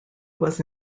was